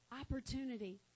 opportunity